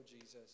Jesus